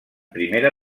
primera